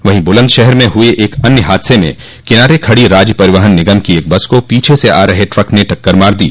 वहीं बुलंदशहर में हुए एक अन्य हादसे में किनारे खड़ी राज्य परिवहन निगम की बस को पीछे से आ रहे एक ट्रक ने टक्कर मार दी